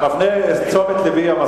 או-או.